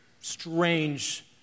strange